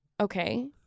okay